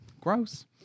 Gross